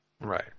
right